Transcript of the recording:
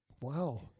Wow